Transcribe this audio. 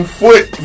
foot